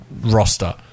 roster